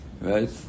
Right